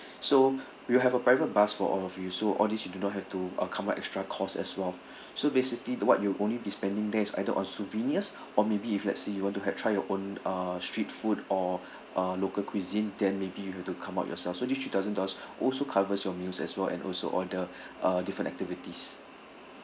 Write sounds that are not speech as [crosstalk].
so we'll have a private bus for all of you so all these you do not have to uh come out extra cost as well [breath] so basically what you will only be spending there is either on souvenirs or maybe if let's say you want to have try your own uh street food or uh local cuisine then maybe you have to come out yourself so this three thousand dollars also covers your meals as well and also all the uh different activities